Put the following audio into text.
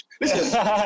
Listen